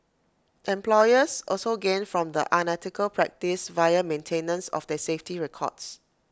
employers also gain from the unethical practice via maintenance of their safety records